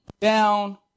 down